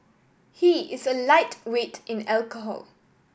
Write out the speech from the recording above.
he is a lightweight in alcohol